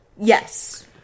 Yes